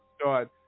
start